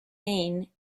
maine